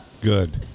good